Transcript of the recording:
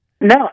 No